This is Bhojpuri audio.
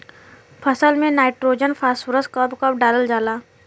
फसल में नाइट्रोजन फास्फोरस कब कब डालल जाला?